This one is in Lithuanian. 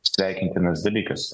sveikintinas dalykas